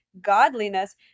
godliness